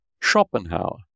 Schopenhauer